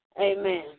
Amen